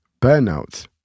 burnout